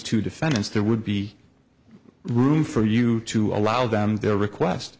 two defendants there would be room for you to allow them their request